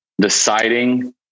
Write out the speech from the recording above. deciding